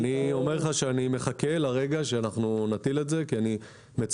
אני מחכה לרגע שנטיל את זה כי אני מצפה